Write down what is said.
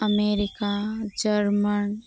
America German